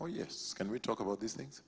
or yes can we talk about these things